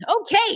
Okay